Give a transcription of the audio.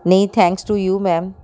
ਨਹੀਂ thanks to you ma'am